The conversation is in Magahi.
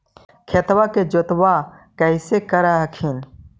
खेतबा के जोतय्बा कैसे कर हखिन?